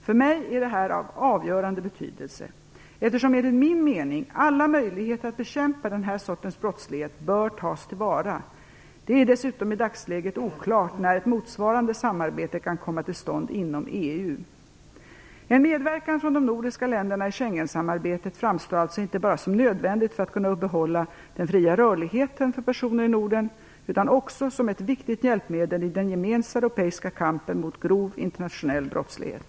För mig är detta av avgörande betydelse, eftersom enligt min mening alla möjligheter att bekämpa denna sorts brottslighet bör tas till vara. Det är dessutom i dagsläget oklart när ett motsvarande samarbete kan komma till stånd inom EU. Schengensamarbetet framstår alltså inte bara som nödvändigt för att kunna behålla den fria rörligheten för personer i Norden utan också som ett viktigt hjälpmedel i den gemensamma europeiska kampen mot grov internationell brottslighet.